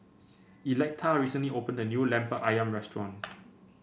Electa recently opened a new lemper ayam restaurant